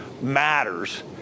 matters